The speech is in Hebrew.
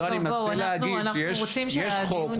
יש חוק.